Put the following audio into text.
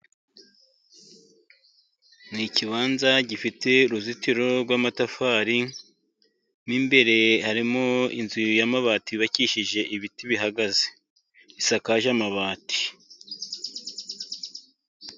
Ni ikibanza gifite uruzitiro rw'amatafari, mo imbere harimo inzu yuzuye y'amabati, yubakijije ibiti bihagaze, isakaje amabati.